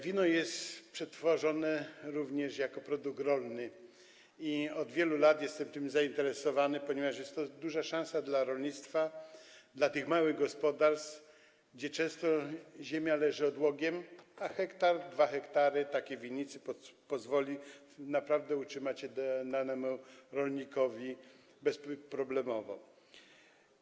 Wino jest przetwarzane również jako produkt rolny i od wielu lat jestem tym zainteresowany, ponieważ jest to duża szansa dla rolnictwa, dla tych małych gospodarstw, gdzie często ziemia leży odłogiem, a hektar, dwa hektary takiej winnicy pozwolą naprawdę utrzymać się danemu rolnikowi bezproblemowo.